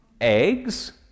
Eggs